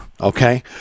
Okay